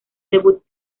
debut